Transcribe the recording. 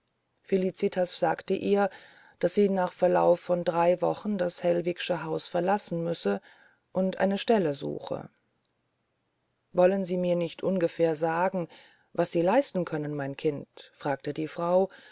felicitas sagte ihr daß sie nach verlauf von drei wochen das hellwigsche haus verlassen müsse und eine stelle suche wollen sie mir nicht ungefähr sagen was sie leisten können mein kind fragte die frau